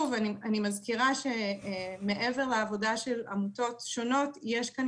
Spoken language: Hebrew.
אני מזכירה שמעבר לעבודה של עמותות שונות יש כאן